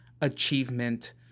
achievement